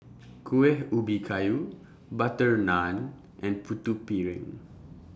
Kuih Ubi Kayu Butter Naan and Putu Piring